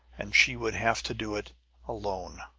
and she would have to do it alone!